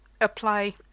apply